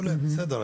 בסדר,